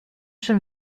schon